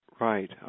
Right